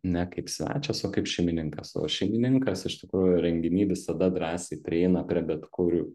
ne kaip svečias o kaip šeimininkas o šeimininkas iš tikrųjų renginy visada drąsiai prieina prie bet kurių